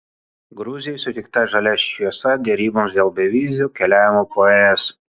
gruzijai suteikta žalia šviesa deryboms dėl bevizio keliavimo po es